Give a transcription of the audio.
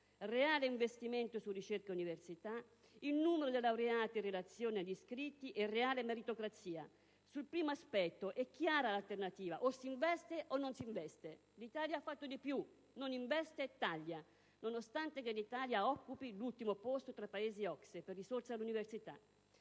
reale investimento su ricerca e università, numero di laureati in relazione agli iscritti e reale meritocrazia. Sul primo aspetto è chiara l'alternativa: o si investe o non si investe. L'Italia ha fatto di più: non investe e taglia, nonostante l'Italia occupi l'ultimo posto, tra i Paesi OCSE, per risorse all'università.